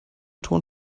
ton